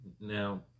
Now